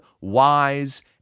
wise